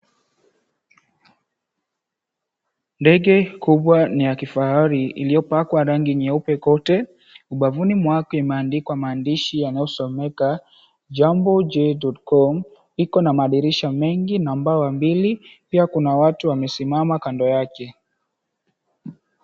Ndege kubwa ni ya kifahari iliyopakwa rangi nyeupe. Ubavuni mwake imeandikwa maandishi yanayosomeka, "jambojet.com". Iko na madirisha mengi na ambao mbili, pia kuna watu wamesimama kando yake.